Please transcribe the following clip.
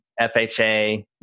FHA